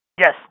yes